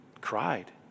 cried